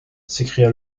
s’écria